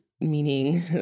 meaning